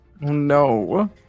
No